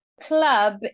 club